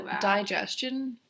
digestion